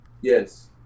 Yes